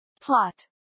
Plot